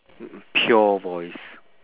pure voice